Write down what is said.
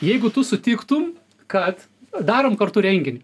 jeigu tu sutiktum kad darom kartu renginį